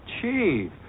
Chief